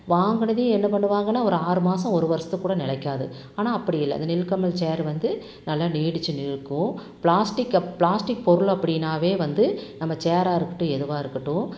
வாங்குனதையும் என்ன பண்ணுவாங்கன்னா ஒரு ஆறு மாதம் ஒரு வருஷத்துக்கூட நிலைக்காது ஆனால் அப்படி இல்லை அது நில்கமல் சேர் வந்து நல்லா நீடித்து இருக்கும் பிளாஸ்டிக்கை பிளாஸ்டிக் பொருள் அப்படினால் வந்து நம்ம சேராக இருக்கட்டும் எதுவாக இருக்கட்டும்